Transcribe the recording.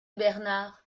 bernard